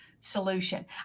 solution